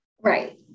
Right